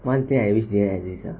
one thing I wish didn't exist ah